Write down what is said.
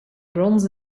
bronze